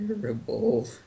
terrible